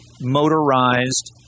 motorized